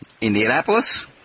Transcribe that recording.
Indianapolis